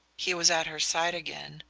he was at her side again.